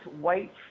white